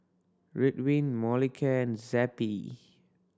Ridwind Molicare Zappy